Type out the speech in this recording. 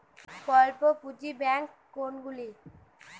অল্প পুঁজি ব্যাঙ্ক কোনগুলি?